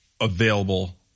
available